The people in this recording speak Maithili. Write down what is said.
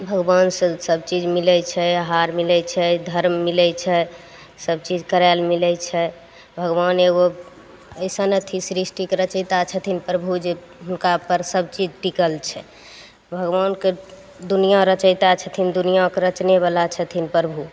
भगवानसँ सभचीज मिलय छै हार मिलय छै धर्म मिलय छै सभचीज करय लए मिलय छै भगवान एगो अइसन अथी सृष्टिके रचैता छथिन प्रभु जे हुनकापर सभचीज टिकल छै भगवानके दुनिआँ रचैता छथिन दुनिआँके रचनेवला छथिन प्रभु